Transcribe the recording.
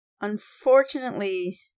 unfortunately